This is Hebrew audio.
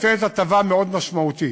נותנת הטבה מאוד משמעותית.